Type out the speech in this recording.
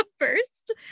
First